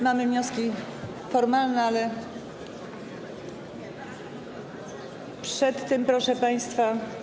Mamy wnioski formalne, ale przedtem, proszę państwa.